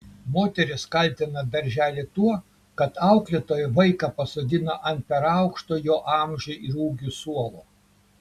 moteris kaltina darželį tuo kad auklėtoja vaiką pasodino ant per aukšto jo amžiui ir ūgiui suolo